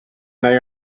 they